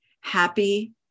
happy